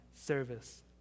service